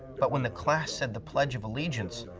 but when the class said the pledge of allegiance,